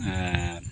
ᱟᱨ